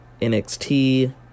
NXT